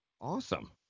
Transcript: Awesome